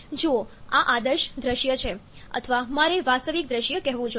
જુઓ આ આદર્શ દૃશ્ય છે અથવા મારે વાસ્તવિક દૃશ્ય કહેવું જોઈએ